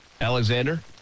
Alexander